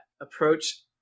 Approach